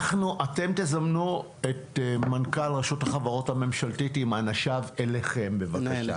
אתם תזמנו את מנכ"ל רשות החברות הממשלתית עם אנשיו אליכם בבקשה.